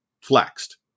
flexed